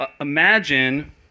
imagine